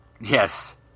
Yes